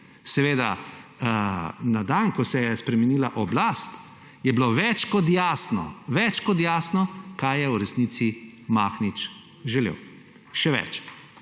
kmalu po tem, ko se je spremenila oblast, je bilo več kot jasno, več kot jasno, kaj je v resnici Mahnič želel. Še več,